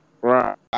right